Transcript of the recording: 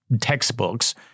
textbooks